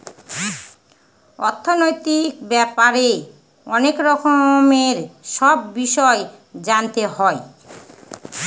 অর্থনৈতিক ব্যাপারে অনেক রকমের সব বিষয় জানতে হয়